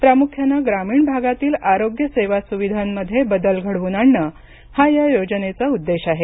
प्रामुख्यानं ग्रामीण भागातील आरोग्य सेवासुविधांमध्ये बदल घडवून आणणं हा या प योजनेचा उद्देश आहे